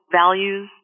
values